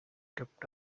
kept